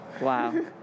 Wow